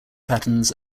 patterns